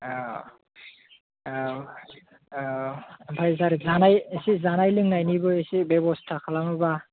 औ औ औ ओमफाय दायरेग जानाय एसे जानाय लोंनायनिबो एसे बेबस्था खालामोबा